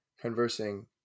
conversing